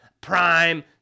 Prime